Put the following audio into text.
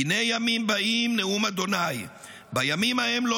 "הנה ימים באים נאום ה' --- בימים ההם לא